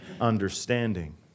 understanding